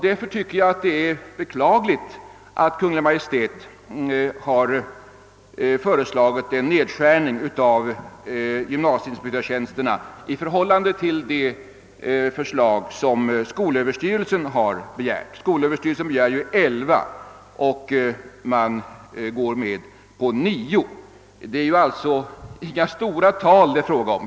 Därför tycker jag det är beklagligt att Kungl. Maj:t har föreslagit en nedskärning av antalet gymnasieinspektörstjänster i förhållande till vad skolöverstyrelsen . har begärt — skolöverstyrelsen begär elva tjänster och utskottet tillstyrker nio. Det är ju inga stora tal det är fråga om.